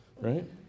right